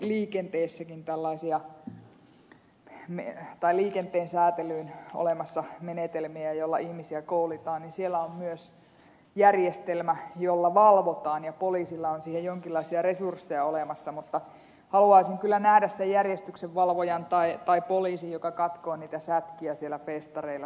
kun täällä mainittiin että onhan liikenteenkin säätelyyn olemassa menetelmiä joilla ihmisillä koulitaan ja siellä on myös järjestelmä jolla valvotaan ja poliisilla on siihen jonkinlaisia resursseja olemassa mutta haluaisin kyllä nähdä sen järjestyksenvalvojan tai poliisin joka katkoo niitä sätkiä siellä festareilla